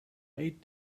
eight